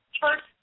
first